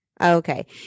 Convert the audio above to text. Okay